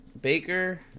Baker